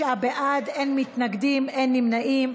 49 בעד, אין מתנגדים, אין נמנעים.